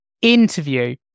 interview